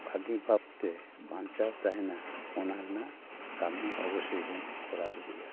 ᱵᱷᱟᱹᱜᱤ ᱵᱷᱟᱵᱽ ᱛᱮ ᱵᱟᱧᱪᱟᱣ ᱛᱟᱦᱮᱱᱟ ᱚᱱᱟ ᱨᱮᱱᱟᱜ ᱠᱟᱹᱢᱤ ᱚᱵᱚᱥᱳᱭ ᱵᱚᱱ ᱠᱚᱨᱟᱣ ᱤᱫᱤᱭᱟ